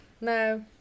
No